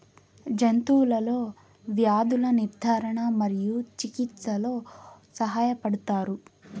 జంతువులలో వ్యాధుల నిర్ధారణ మరియు చికిత్చలో సహాయపడుతారు